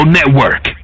Network